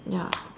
ya